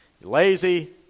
Lazy